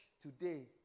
today